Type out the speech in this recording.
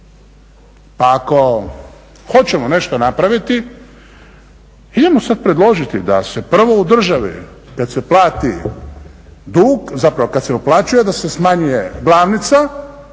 Pa ako hoćemo nešto napraviti, idemo sada predložiti da se prvo u državi kad se plati dug, zapravo kad se uplaćuje da se smanjuje glavnica,